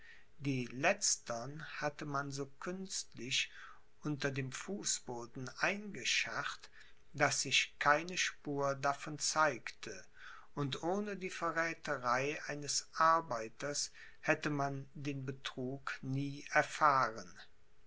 die letztern hatte man so künstlich unter dem fußboden eingescharrt daß sich keine spur davon zeigte und ohne die verrätherei eines arbeiters hätte man den betrug nie erfahren